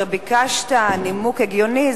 ביקשת נימוק הגיוני,